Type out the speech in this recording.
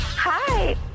Hi